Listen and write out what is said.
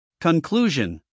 Conclusion